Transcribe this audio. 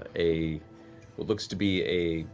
ah what looks to be a